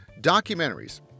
documentaries